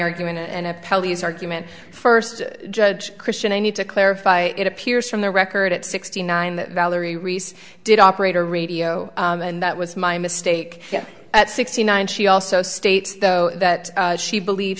pelleas argument first judge christian i need to clarify it appears from the record at sixty nine that valerie reese did operator radio and that was my mistake at sixty nine she also states though that she believe